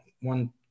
one